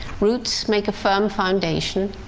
roots make a firm foundation.